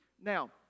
now